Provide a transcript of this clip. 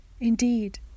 Indeed